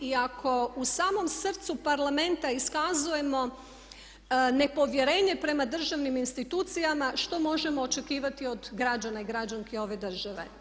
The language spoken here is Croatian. I ako u samom srcu Parlamenta iskazujemo nepovjerenje prema državnim institucijama što možemo očekivati od građana i građanki ove države.